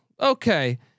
okay